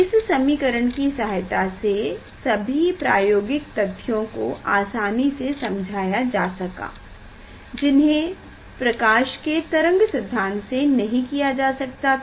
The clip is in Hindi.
इस समीकरण की सहायता से सभी प्रायोगिक तथ्यों को आसानी से समझाया जा सका जिन्हें प्रकाश के तरंग सिद्धांत से नहीं किया जा सकता था